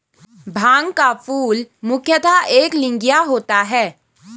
भांग का फूल मुख्यतः एकलिंगीय होता है